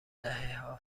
دههها